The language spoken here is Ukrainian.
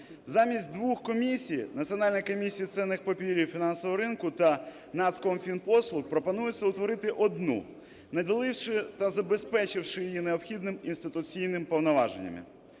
Замість двох комісій, Національної комісії з цінних паперів фінансового ринку та Нацкомфінпослуг, пропонується утворити одну, наділивши та забезпечивши її необхідними інституційними повноваженнями.